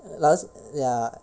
last err ya